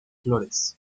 flores